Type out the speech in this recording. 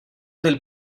del